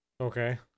Okay